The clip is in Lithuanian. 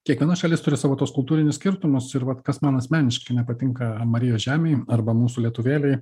kiekviena šalis turi savo tuos kultūrinius skirtumus ir vat kas man asmeniškai nepatinka marijos žemėj arba mūsų lietuvėlėj